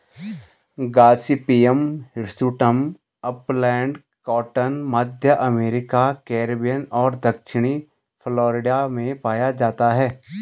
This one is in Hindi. गॉसिपियम हिर्सुटम अपलैंड कॉटन, मध्य अमेरिका, कैरिबियन और दक्षिणी फ्लोरिडा में पाया जाता है